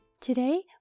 Today